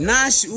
Nash